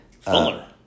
Fuller